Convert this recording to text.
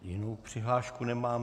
Jinou přihlášku nemám.